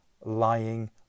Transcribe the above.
lying